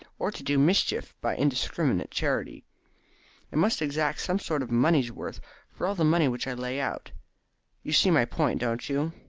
or to do mischief by indiscriminate charity i must exact some sort of money's worth for all the money which i lay out you see my point, don't you?